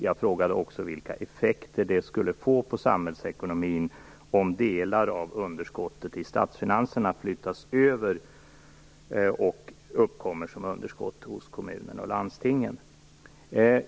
Jag frågade också vilka effekter det skulle få på samhällsekonomin om delar av underskottet i statsfinanserna flyttas över och uppkommer som underskott hos kommunerna och landstingen.